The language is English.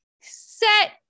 set